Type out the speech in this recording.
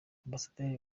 ambasaderi